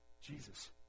Jesus